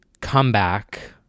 comeback